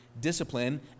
discipline